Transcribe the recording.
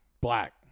Black